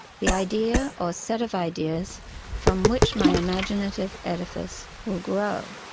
the idea or set of ideas from which my imaginative edifice will grow.